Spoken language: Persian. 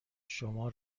شما